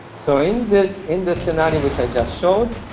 so in this in this scenario which i just showed,